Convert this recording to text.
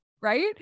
Right